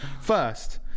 first